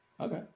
Okay